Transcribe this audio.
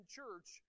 church